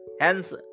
Hence